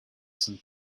some